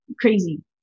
crazy